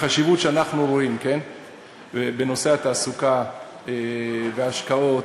החשיבות שאנחנו רואים בנושא התעסוקה, ההשקעות,